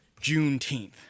Juneteenth